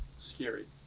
scary.